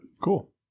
Cool